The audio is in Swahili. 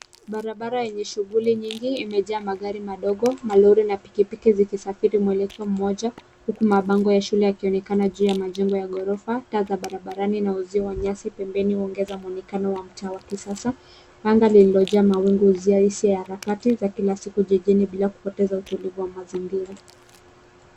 Barabara yenye shughuli nyingi imejaa magari madogo, malori na pikpiki zikisafiri mwelekeo moja huku mabango ya shule yakionekana juu ya majengo ya gorofa, taa za barabarani na uzio wa nyasi pembeni huongeza muonekano wa mtaa wa kisasa. Anga liliojaa mawingu uzia hisia za harakati za kila siku jijini bila kupoteza utulivu wa mazingira.